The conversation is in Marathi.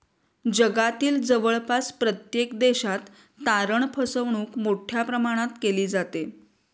जगातील जवळपास प्रत्येक देशात तारण फसवणूक मोठ्या प्रमाणात केली जाते